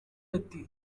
ati